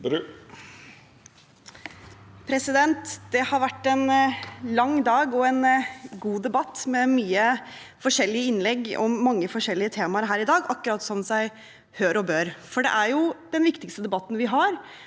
Det har vært en lang dag og en god debatt med mange forskjellige innlegg om mange forskjellige temaer her i dag. Det er akkurat som seg hør og bør, for det er den viktigste debatten vi har,